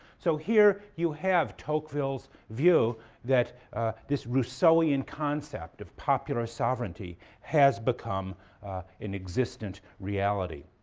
so here you have tocqueville's view that this rousseauian concept of popular sovereignty has become an existent reality.